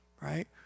Right